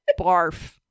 barf